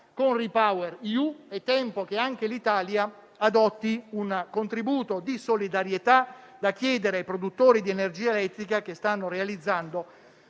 con RePower EU. È tempo che anche l'Italia adotti un contributo di solidarietà da chiedere ai produttori di energia elettrica, che stanno realizzando